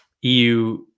EU